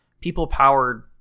People-Powered